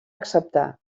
acceptar